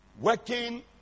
working